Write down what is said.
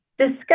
discuss